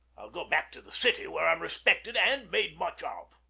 i'll go back to the city, where i'm respected and made much of.